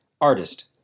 Artist